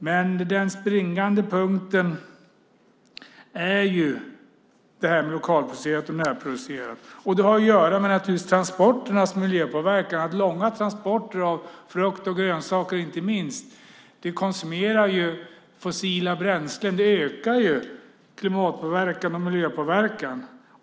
Men den springande punkten är det här med lokalproducerat och närproducerat. Det har naturligtvis att göra med transporternas miljöpåverkan. Långa transporter av frukt och grönsaker, inte minst, innebär att man konsumerar fossila bränslen. Det ökar ju klimatpåverkan och miljöpåverkan.